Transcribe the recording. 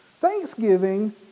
Thanksgiving